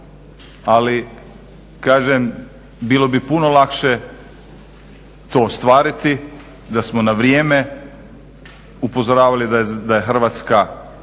ali kažem bilo bi puno lakše to ostvariti da smo na vrijeme upozoravali da je Hrvatska